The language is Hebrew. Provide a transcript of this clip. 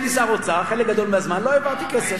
כשהייתי שר האוצר חלק גדול מהזמן לא העברתי כסף.